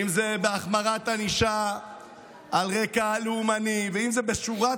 אם זה בהחמרת ענישה על רקע לאומני ואם זה בשורת